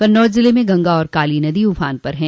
कन्नौज जिले में गंगा और काली नदी उफान पर है